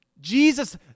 Jesus